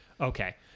Okay